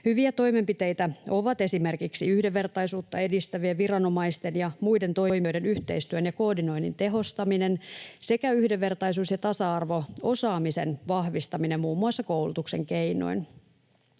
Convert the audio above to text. Hyviä toimenpiteitä ovat esimerkiksi yhdenvertaisuutta edistävien viranomaisten ja muiden toimijoiden yhteistyön ja koordinoinnin tehostaminen sekä yhdenvertaisuus- ja tasa-arvo-osaamisen vahvistaminen muun muassa koulutuksen keinoin.